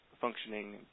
functioning